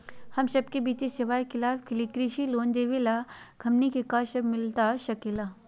हम सबके वित्तीय सेवाएं के लाभ के लिए कृषि लोन देवे लेवे का बा, हमनी के कब मिलता सके ला?